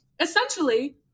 Essentially